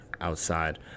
outside